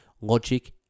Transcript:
logic